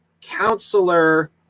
Counselor